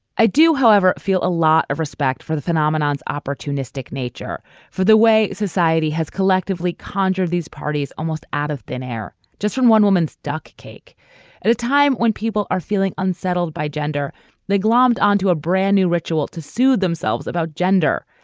i do however feel a lot of respect for the phenomenons opportunistic nature for the way society has collectively conjured these parties almost out of thin air just from one woman's ducky cake at a time when people are feeling unsettled by gender they glommed onto a brand new ritual to soothe themselves about gender.